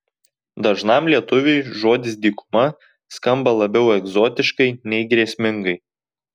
dažnam lietuviui žodis dykuma skamba labiau egzotiškai nei grėsmingai